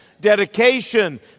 dedication